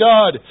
God